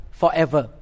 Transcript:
forever